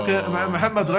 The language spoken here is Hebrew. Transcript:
מוחמד,